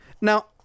now